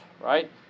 right